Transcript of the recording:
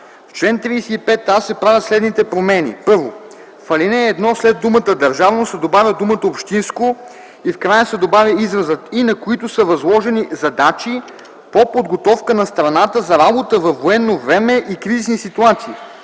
В чл. 35а се правят следните промени: 1. В ал. 1 след думата „държавно” се добавя думата „общинско” и в края се добавя изразът „и на които са възложени задачи по подготовка на страната за работа във военно време и кризисни ситуации,